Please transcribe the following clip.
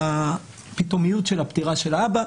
בגלל הפתאומיות של הפטירה של האבא.